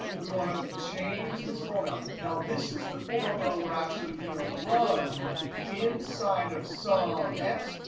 we want to change this formula. now this is the formula we're actually going to run inside of so um x.